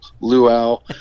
luau